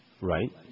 Right